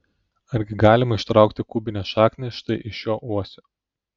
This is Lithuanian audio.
argi galima ištraukti kubinę šaknį štai iš šio uosio